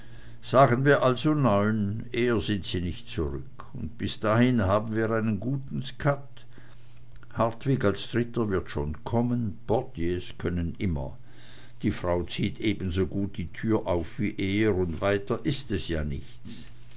sagen wir also neun eher sind sie nicht zurück und bis dahin haben wir einen guten skat hartwig als dritter wird schon kommen portiers können immer die frau zieht ebensogut die tür auf wie er und weiter is es ja nichts